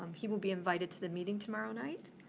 he will be invited to the meeting tomorrow night,